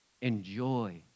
Enjoy